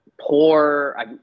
poor